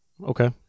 okay